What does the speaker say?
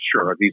sure